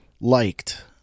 liked